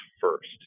first